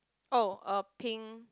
oh a pink